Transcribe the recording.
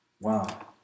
Wow